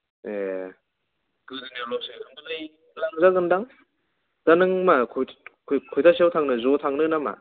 ए गोदोनायावल'सोबालाय लांजागोन दां दा नों मा कयतासोआव थांनो ज' थांनो ना मा